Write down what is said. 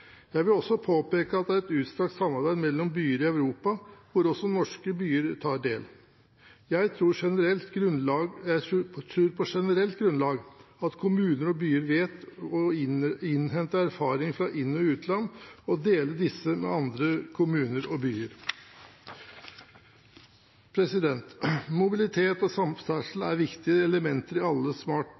Jeg vil også påpeke at det er et utstrakt samarbeid mellom byer i Europa, hvor også norske byer tar del. Jeg tror på generelt grunnlag at kommuner og byer vet å innhente erfaring fra inn- og utland og dele disse med andre kommuner og byer. Mobilitet og samferdsel er viktige elementer i alle